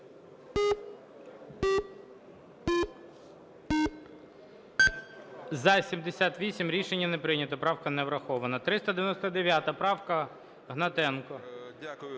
За-78 Рішення не прийнято. Правка не врахована. 399 правка, Гнатенко.